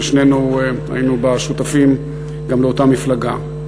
ששנינו היינו בה שותפים לאותה מפלגה.